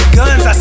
guns